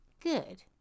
Good